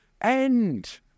end